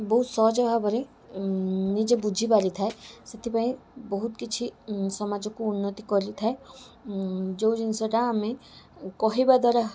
ବହୁ ସହଜ ଭାବରେ ନିଜେ ବୁଝିପାରିଥାଏ ସେଥିପାଇଁ ବହୁତ କିଛି ସମାଜକୁ ଉନ୍ନତି କରିଥାଏ ଯେଉଁ ଜିନିଷଟା ଆମେ କହିବା ଦ୍ୱାରା